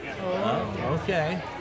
okay